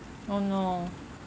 oh no